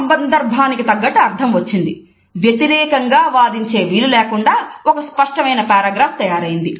ఇప్పుడది సందర్భానికి తగ్గట్టు అర్థం వచ్చి వ్యతిరేకంగా వాదించే వీలులేకుండా ఒక స్పష్టమైన పేరాగ్రాఫ్ గా తయారైంది